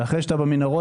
אחרי שאתה במנהרות,